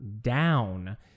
down